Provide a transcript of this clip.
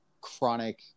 chronic